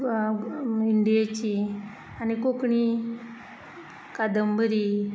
इंडियेचीं आनी कोंकणी कादंबरी